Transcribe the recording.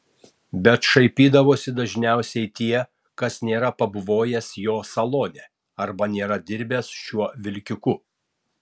bet šaipydavosi dažniausiai tie kas nėra pabuvojęs jo salone arba nėra dirbęs šiuo vilkiku